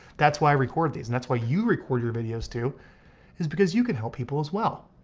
that's why i record these and that's why you record your videos too is because you could help people as well,